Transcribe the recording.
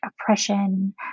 oppression